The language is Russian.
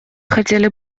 хотели